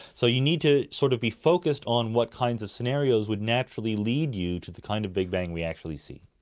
so you need to sort of be focused on what kinds of scenarios would naturally lead you to the kind of big bang we actually see.